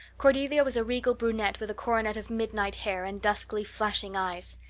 cordelia was a regal brunette with a coronet of midnight hair and duskly flashing eyes.